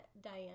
Diane